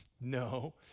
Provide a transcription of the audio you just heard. No